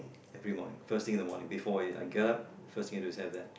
every morning first thing in the morning before I I get up the first thing I do is that